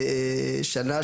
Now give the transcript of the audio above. שנה,